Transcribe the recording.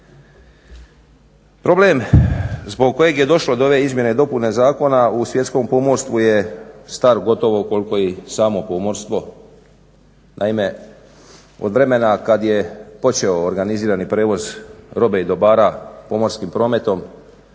Problem zbog kojeg je došlo do ove izmjene i dopune zakona u svjetskom pomorstvu je star gotovo koliko i samo pomorstvo. Naime, od vremena kada je počeo organizirani prijevoz robe i dobara pomorskim prometom